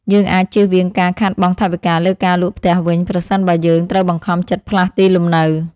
យើងអាចជៀសវាងការខាតបង់ថវិកាលើការលក់ផ្ទះវិញ ប្រសិនបើយើងត្រូវបង្ខំចិត្តផ្លាស់ទីលំនៅ។